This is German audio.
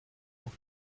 auf